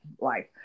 life